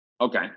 Okay